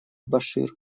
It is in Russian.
башир